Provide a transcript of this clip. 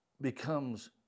becomes